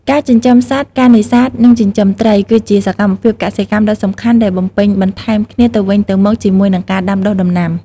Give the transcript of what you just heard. ការចិញ្ចឹមសត្វ ការនេសាទ និង ចិញ្ចឹមត្រី គឺជាសកម្មភាពកសិកម្មដ៏សំខាន់ដែលបំពេញបន្ថែមគ្នាទៅវិញទៅមកជាមួយនឹងការដាំដុះដំណាំ។